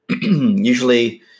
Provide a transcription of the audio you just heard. usually